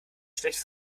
schlechte